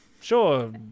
sure